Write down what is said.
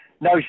no